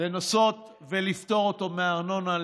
לנסות לפטור אותו מארנונה,